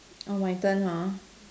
oh my turn hor